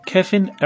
Kevin